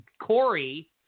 Corey